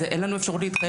אין לנו אפשרות להתחייב לזה.